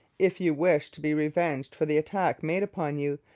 if you wish to be revenged for the attack made upon you,